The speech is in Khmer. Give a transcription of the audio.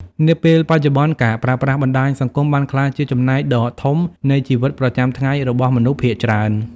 នាពេលបច្ចុប្បន្ន ការប្រើប្រាស់បណ្ដាញសង្គម បានក្លាយជាចំណែកដ៏ធំនៃជីវិតប្រចាំថ្ងៃរបស់មនុស្សភាគច្រើន។